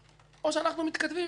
או אנחנו מתכתבים עם המציאות,